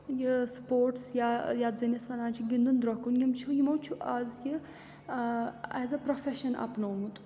یہِ سپوٹٕس یا یَتھ زَن أسۍ وَنان چھِ گِنٛدُن دروکُن یِم چھُ یِمو چھُ آز یہِ ایز اےٚ پروفیٚشَن اَپنوومُت